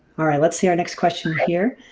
ah right let's see our next question here.